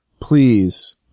please